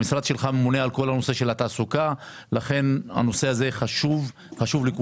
המשרד שלך ממונה על כל נושא התעסוקה ולכן הנושא הזה חשוב לכולם.